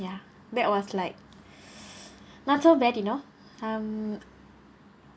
ya that was like not so bad you know um